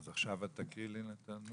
אז עכשיו את תקריאי את הנוסח?